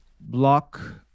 Block